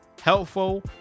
helpful